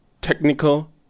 technical